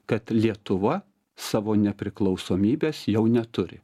kad lietuva savo nepriklausomybės jau neturi